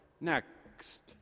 next